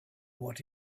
what